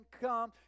come